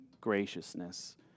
graciousness